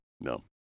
No